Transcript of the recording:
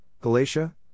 Galatia